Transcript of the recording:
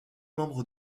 membres